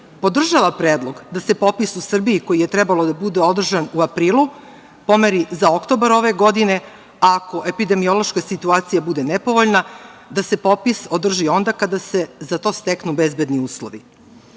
podržava predlog da se popis u Srbiji koji je trebalo da bude održan u aprilu pomeri za oktobar ove godine, a ako epidemiološka situacija bude nepovoljna da se popis održi onda kada se za to steknu bezbedni uslovi. Ovaj